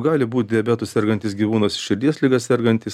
gali būt diabetu sergantis gyvūnas širdies liga sergantis